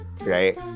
right